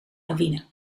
lawine